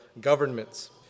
governments